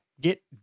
get